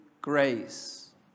grace